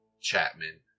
Chapman